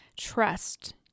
trust